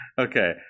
Okay